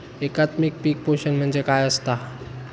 एकात्मिक पीक पोषण म्हणजे काय असतां?